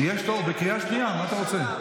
הוא בקריאה שנייה, מה אתה רוצה?